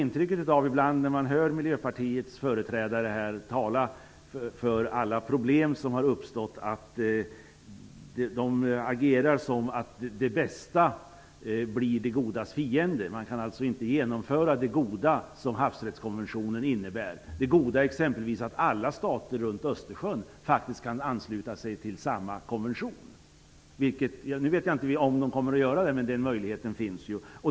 Emellertid får man när man hör Miljöpartiets företrädare tala om alla problem som har uppstått ibland intrycket att de agerar så att det bästa blir det godas fiende. Man kan alltså inte genomföra det goda som havsrättskonventionen innebär, exempelvis det goda att alla stater runt Östersjön kan ansluta sig till samma konvention. Nu vet jag inte om de kommer att göra det, men den möjligheten finns.